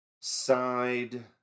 side